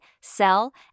sell